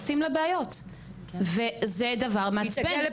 עושים לה בעיות וזה דבר מעצבן,